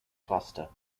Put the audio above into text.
cluster